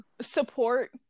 support